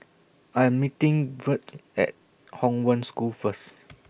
I Am meeting Virge At Hong Wen School First